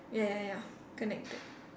ya ya ya connected